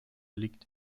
liegt